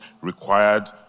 required